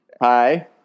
Hi